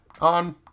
on